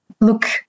look